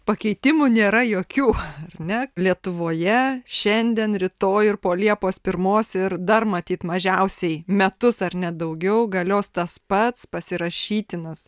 pakeitimų nėra jokių ar ne lietuvoje šiandien rytoj ir po liepos pirmos ir dar matyt mažiausiai metus ar net daugiau galios tas pats pasirašytinas